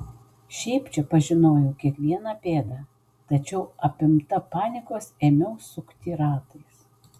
šiaip čia pažinojau kiekvieną pėdą tačiau apimta panikos ėmiau sukti ratais